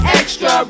extra